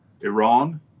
Iran